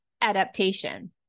adaptation